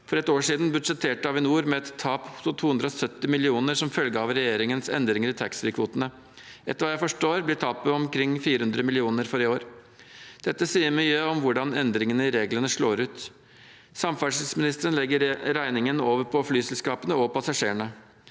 For ett år siden budsjetterte Avinor med et tap på 270 mill. kr som følge av regjeringens endringer i taxfreekvotene. Etter hva jeg forstår, blir tapet omkring 400 mill. kr for i år. Dette sier mye om hvordan endringer i reglene slår ut. Samferdselsministeren legger regningen over på flyselskapene og passasjerene.